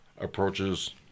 approaches